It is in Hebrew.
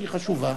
שהיא חשובה,